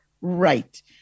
right